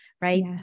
right